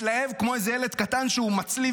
מתלהב כמו איזה ילד קטן שהוא מצליב